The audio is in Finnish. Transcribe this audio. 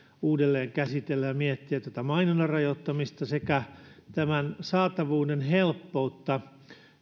uudelleen käsitellä ja miettiä mainonnan rajoittamista sekä saatavuuden helppoutta